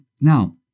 Now